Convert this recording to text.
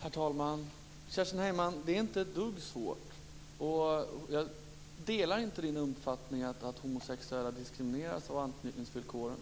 Herr talman! Kerstin Heinemann, det är inte ett dugg svårt. Jag delar inte uppfattningen att homosexuella diskrimineras av anknytningsvillkoren.